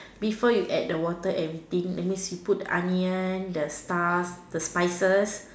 before you add the water everything that means you put the onions the stuff the spices